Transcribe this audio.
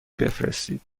بفرستید